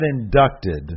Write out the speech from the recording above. inducted